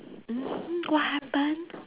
mmhmm what happened